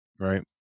right